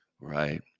right